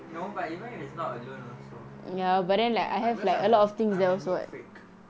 no but even if it's not alone also because I'm an I'm a neat freak